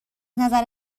نظر